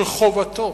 שחובתו,